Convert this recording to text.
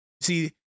See